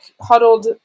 huddled